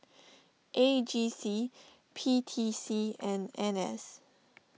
A G C P T C and N S